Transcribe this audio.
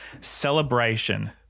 celebration